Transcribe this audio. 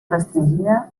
restringida